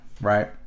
Right